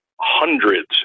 hundreds